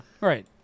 Right